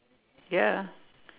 ya